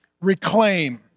reclaim